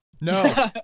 no